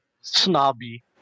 snobby